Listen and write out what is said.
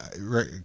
right